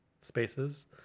spaces